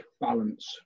balance